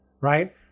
right